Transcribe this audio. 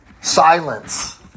silence